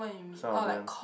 some of them